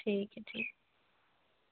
ठीक है ठीक